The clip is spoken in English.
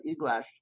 Eglash